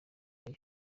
yayo